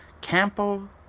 Campo